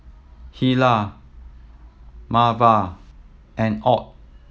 Hilah Marva and Ott